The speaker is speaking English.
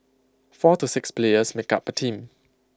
four to six players make up A team